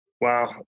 wow